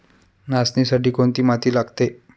नाचणीसाठी कोणती माती लागते?